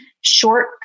short